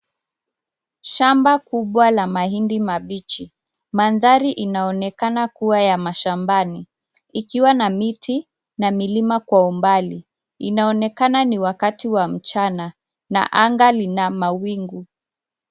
Shamba kubwa la mahindi mabichi. Mandhari inaonekana kuwa ya mashamabani. Ikiwa na miti na milima kwa umbali. Inaonekana ni wakati wa mchana na anga lina mawingu.